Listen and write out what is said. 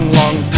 long